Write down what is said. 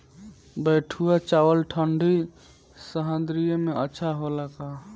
बैठुआ चावल ठंडी सह्याद्री में अच्छा होला का?